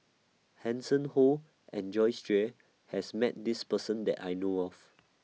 Hanson Ho and Joyce Jue has Met This Person that I know of